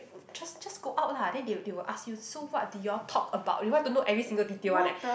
just just go out lah then they they will ask you so what did you all talk about they want to know every single detail one leh